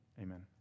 Amen